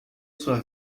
sua